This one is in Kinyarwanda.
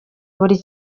buri